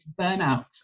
burnout